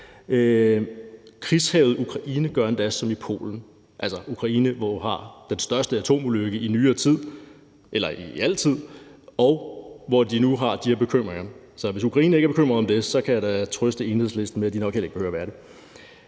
krigshærgede Ukraine gør endda som Polen, altså Ukraine, hvor der var den største atomulykke i nyere tid – eller hidtil – og hvor de nu har de her bekymringer. Så hvis Ukraine ikke er bekymret om det, kan jeg da trøste Enhedslisten med, at de nok heller ikke behøver at være det.